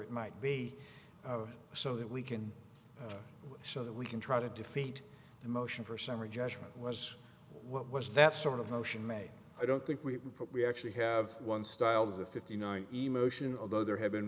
it might be so that we can show that we can try to defeat a motion for summary judgment was what was that sort of motion made i don't think we actually have one styles of fifty nine emotion although there have been